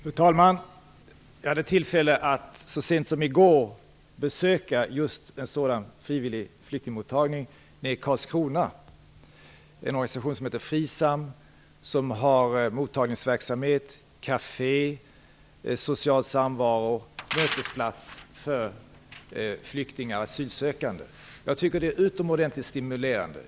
Fru talman! Jag hade tillfälle att så sent som i går besöka just en sådan frivillig flyktingmottagning i Karlskrona. Det är en organisation som där har mottagningsverksamhet, Café, social samvaro och mötesplats för flyktingar och asylsökande. Jag tycker att det är utomordentligt stimulerande.